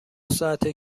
ساعته